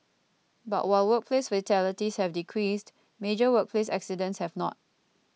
but while workplace fatalities have decreased major workplace accidents have not